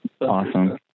Awesome